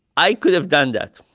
i could have done that.